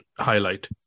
highlight